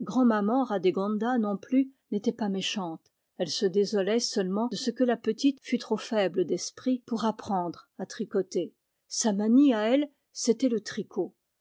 grand'maman radégonda non plus n'était pas méchante elle se désolait seulement de ce que la petite fût trop faible d'esprit pour apprendre à tricoter sa manie à elle c'était le tricot